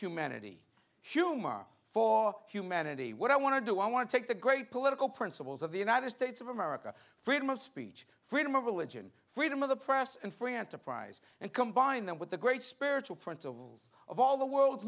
humanity humor for humanity what i want to do i want to take the great political principles of the united states of america freedom of speech freedom of religion freedom of the press and free enterprise and combine that with the great spiritual principles of all the world's